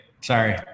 sorry